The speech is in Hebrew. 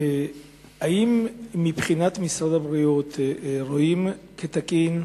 האם מבחינת משרד הבריאות רואים את זה כתקין,